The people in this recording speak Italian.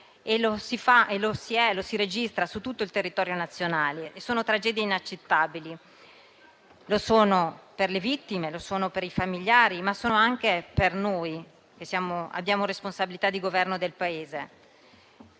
mortali, e lo si registra su tutto il territorio nazionale. Sono tragedie inaccettabili per le vittime, per i familiari, ma anche per noi che abbiamo responsabilità di governo del Paese.